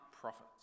prophets